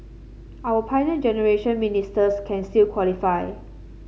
our Pioneer Generation Ministers can still qualify